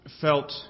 felt